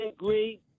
agree